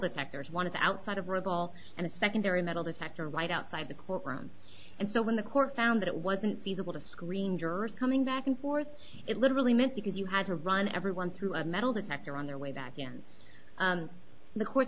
detectors one of the outside of rubble and a secondary metal detector right outside the court room and so when the court found it wasn't feasible to screen jurors coming back and forth it literally meant because you had to run everyone through a metal detector on their way back then the court